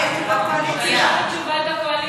לא, רגע, יש תשובת קואליציה.